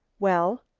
well?